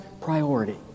priority